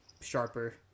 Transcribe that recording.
sharper